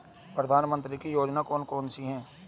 प्रधानमंत्री की योजनाएं कौन कौन सी हैं?